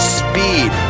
speed